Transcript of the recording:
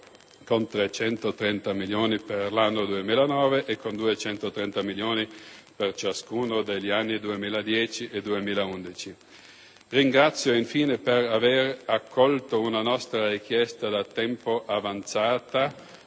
con 330 milioni per l'anno 2009 e con 230 milioni per ciascuno degli anni 2010 e 2011. Infine, ringrazio per aver accolto una richiesta avanzata